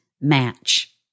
match